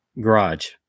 garage